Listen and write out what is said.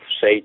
say